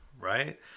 right